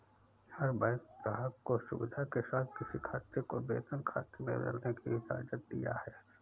हर bank ग्राहक को सुविधा के साथ किसी खाते को वेतन खाते में बदलने की इजाजत दिया करता है